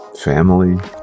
family